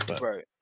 Right